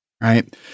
Right